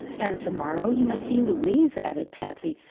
and to-morrow you must see louise, added patsy.